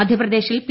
മധ്യപ്രദേശിൽ പി